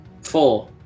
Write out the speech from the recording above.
Four